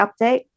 update